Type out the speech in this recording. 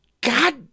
God